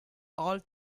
all